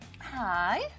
Hi